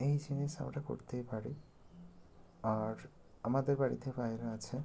এই জিনিস আমরা করতেই পারি আর আমাদের বাড়িতে পায়রা আছে